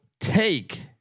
take